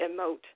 emote